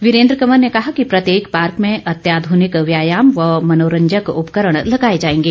वीरेन्द्र कवर ने कहा कि प्रत्येक पार्क में अत्याध्रनिक व्यायाम व मनोरंजक उपकरण लगाए जाएंगे